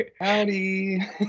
howdy